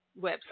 website